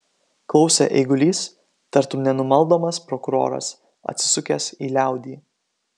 klausė eigulys tartum nenumaldomas prokuroras atsisukęs į liaudį